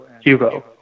Hugo